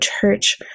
church